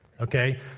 okay